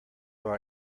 our